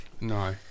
no